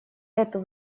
эту